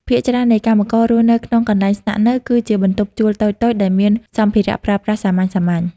ភាគច្រើននៃកម្មកររស់នៅក្នុង កន្លែងស្នាក់នៅ គឺជាបន្ទប់ជួលតូចៗ ដែលមានសម្ភារៈប្រើប្រាស់សាមញ្ញៗ។